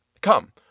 Come